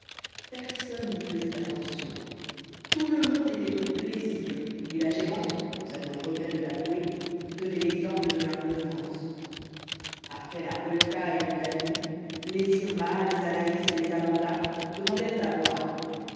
personne n'y faisait attention tout le monde était au plaisir et la gérante nous avons le regret de l'avouer donnait l'exemple de l'inconvenance après la polka et le quadrille les irma les anaïs et les amanda demandèrent à boire